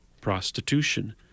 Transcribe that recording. prostitution